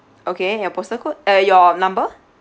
okay your postal code uh your number